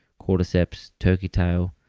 cordyceps turkey tail,